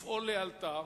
לפעול לאלתר